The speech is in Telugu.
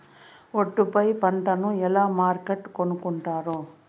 ఒట్టు పై పంటను ఎలా మార్కెట్ కొనుక్కొంటారు?